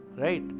right